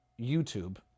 YouTube